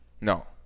No